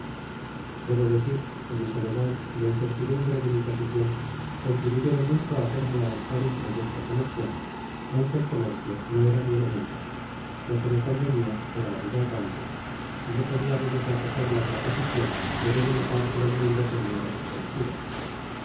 debo decir que mi soledad y la incertidumbre de m i posicion contribuyeron mucho á hacerme adoptar un proyecto comercial aunque el comercio no era mi elemen to lo que me convenia era la vida errante y no podia menos de acoger la proposicion de ver una parte del mundo que me era desconocida